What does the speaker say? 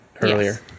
earlier